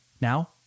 Now